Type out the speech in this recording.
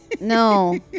No